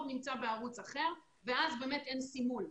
נמצא בערוץ אחר ואז באמת אין סימול.